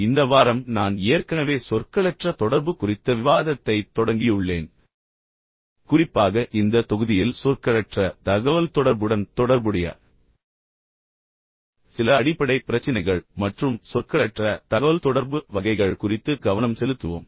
எனவே இந்த வாரம் நான் ஏற்கனவே சொற்களற்ற தொடர்பு குறித்த விவாதத்தைத் தொடங்கியுள்ளேன் குறிப்பாக இந்த தொகுதியில் சொற்களற்ற தகவல்தொடர்புடன் தொடர்புடைய சில அடிப்படை பிரச்சினைகள் மற்றும் சொற்களற்ற தகவல்தொடர்பு வகைகள் குறித்து கவனம் செலுத்துவோம்